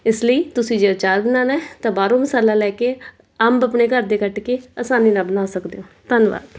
ਇਸ ਲਈ ਤੁਸੀਂ ਜੋ ਅਚਾਰ ਬਣਾਉਣਾ ਤਾਂ ਬਾਹਰੋਂ ਮਸਾਲਾ ਲੈ ਕੇ ਅੰਬ ਆਪਣੇ ਘਰ ਦੇ ਕੱਟ ਕੇ ਆਸਾਨੀ ਨਾਲ ਬਣਾ ਸਕਦੇ ਹੋ ਧੰਨਵਾਦ